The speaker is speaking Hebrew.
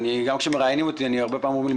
גם כשמראיינים אותי אני אומר ש"ממונה